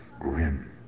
Grim